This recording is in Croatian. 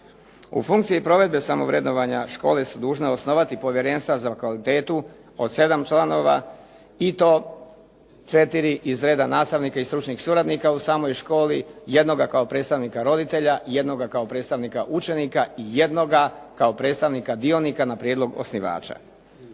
U funkciji provedbe samovrednovanja škole su dužne osnovati povjerenstva za kvalitetu od 7 članova, i to 4 iz reda nastavnika i stručnih suradnika u samoj školi jednoga kao predstavnika roditelja, jednoga kao predstavnika učenika i jednoga kao predstavnika dionika na prijedlog osnivača.